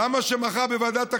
למה שמחר בוועדת הכספים,